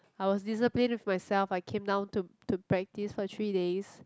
I was disciplined myself I came down to to practice for three days